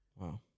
Wow